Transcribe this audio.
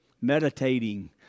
Meditating